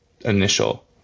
initial